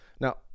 now